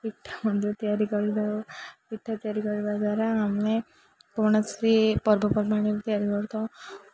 ପିଠା ମଧ୍ୟ ତିଆରି କରିଥାଉ ପିଠା ତିଆରି କରିବା ଦ୍ୱାରା ଆମେ କୌଣସିସି ପର୍ବପର୍ବାଣି ତିଆରି କରିଥାଉ